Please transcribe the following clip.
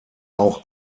auch